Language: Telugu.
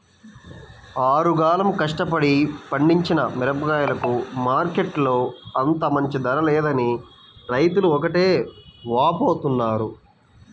ఆరుగాలం కష్టపడి పండించిన మిరగాయలకు మార్కెట్టులో అంత మంచి ధర లేదని రైతులు ఒకటే వాపోతున్నారు